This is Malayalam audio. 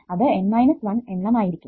അത് N 1 എണ്ണം ആയിരിക്കും